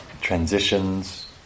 transitions